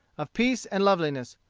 of peace and loveliness,